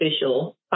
official